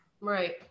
Right